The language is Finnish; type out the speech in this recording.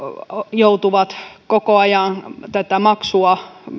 joutuvat koko ajan tätä maksua